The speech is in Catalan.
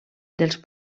dels